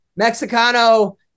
Mexicano